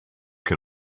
can